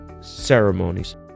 ceremonies